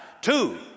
two